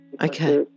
Okay